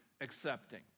accepting